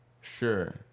Sure